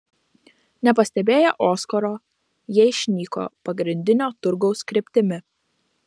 nepastebėję oskaro jie išnyko pagrindinio turgaus kryptimi